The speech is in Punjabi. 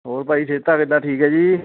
ਹੋਰ ਭਾਅ ਜੀ ਸਿਹਤਾਂ ਕਿੱਦਾਂ ਠੀਕ ਹੈ ਜੀ